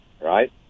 Right